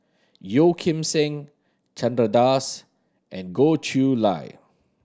Yeo Kim Seng Chandra Das and Goh Chiew Lye